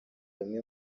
hamwe